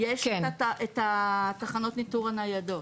יש את תחנות הניטור הניידות.